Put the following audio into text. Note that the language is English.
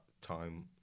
time